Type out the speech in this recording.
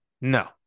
No